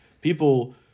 People